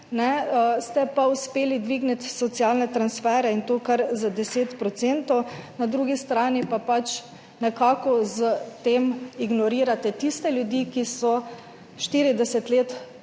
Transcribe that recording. ste pa uspeli dvigniti socialne transferje, in to kar za 10 %, na drugi strani pa pač s tem nekako ignorirate tiste ljudi, ki so 40 let